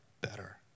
Better